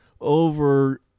over